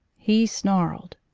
he snarled.